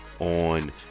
on